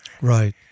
Right